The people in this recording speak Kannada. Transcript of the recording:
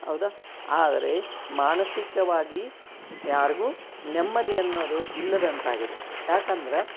ಹೌದಾ ಆದರೆ ಮಾನಸಿಕವಾಗಿ ಯಾರಿಗೂ ನೆಮ್ಮದಿ ಅನ್ನೋದು ಇಲ್ಲದಂತಾಗಿದೆ ಯಾಕಂದ್ರೆ